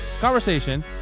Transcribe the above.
conversation